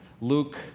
Luke